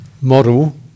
model